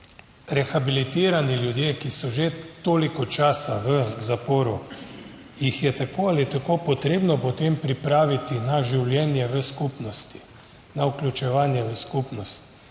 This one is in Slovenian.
rehabilitirani ljudje, ki so že toliko časa v zaporu, jih je tako ali tako potrebno potem pripraviti na življenje v skupnosti, na vključevanje v skupnost,